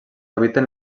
habiten